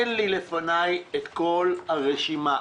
אין לפניי את כל הרשימה.